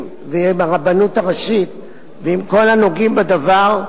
ועם הרבנות הראשית ועם כל הנוגעים בדבר,